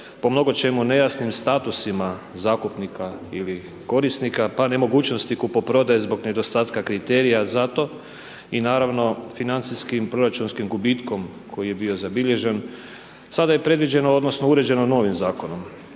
po mnogo čemu nejasnim statusima zakupnika ili korisnika, pa nemogućnosti kupoprodaje zbog nedostatka kriterija zato i naravno financijskim proračunskim gubitkom koji je bio zabilježen, sada je predviđeno odnosno uređeno novim Zakonom.